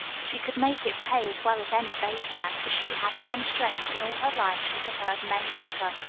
she could make it pay as well as any bates man, for she had man strength, and all her life she had heard men discuss,